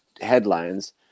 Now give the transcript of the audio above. headlines